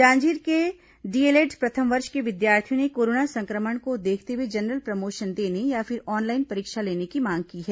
जांजगीर के डीएलएड प्रथम वर्ष के विद्यार्थियों ने कोरोना संक्रमण को देखते हुए जनरल प्रमोशन देने या फिर ऑनलाइन परीक्षा लेने की मांग की है